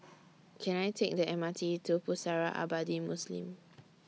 Can I Take The M R T to Pusara Abadi Muslim